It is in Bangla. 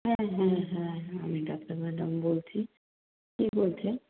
হ্যাঁ হ্যাঁ হ্যাঁ হ্যাঁ আমি ডাক্তার ম্যাডাম বলছি কে বলছেন